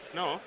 no